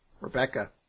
Rebecca